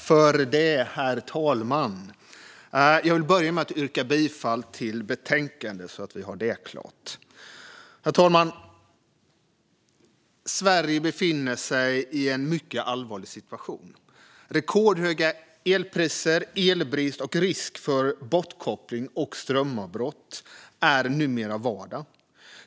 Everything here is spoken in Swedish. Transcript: Herr talman! Jag vill börja med att yrka bifall till förslagen i betänkandet. Sverige befinner sig i en mycket allvarlig situation. Rekordhöga elpriser, elbrist och risk för bortkoppling och strömavbrott är numera vardag.